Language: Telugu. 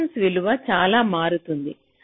రెసిస్టెన్స విలువ ఇలా మారుతుంది